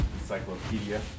encyclopedia